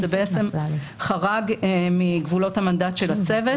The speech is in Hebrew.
זה חרג מגבולות המנדט של הצוות.